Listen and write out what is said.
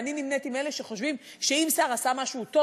אני נמנית עם אלה שחושבים שאם שר עשה משהו טוב,